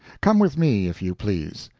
come with me, if you please.